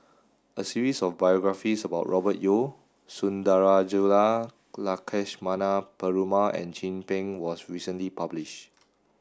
a series of biographies about Robert Yeo Sundarajulu Lakshmana Perumal and Chin Peng was recently published